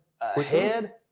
ahead